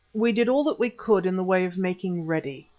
we did all that we could in the way of making ready.